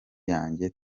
yanjye